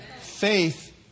Faith